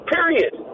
Period